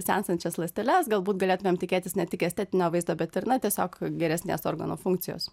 senstančias ląsteles galbūt galėtumėm tikėtis ne tik estetinio vaizdo bet ir na tiesiog geresnės organo funkcijos